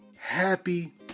happy